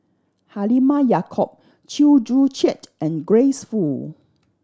Halimah Yacob Chew Joo Chiat and Grace Fu